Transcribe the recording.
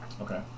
Okay